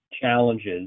challenges